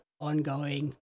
ongoing